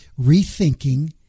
Rethinking